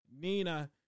Nina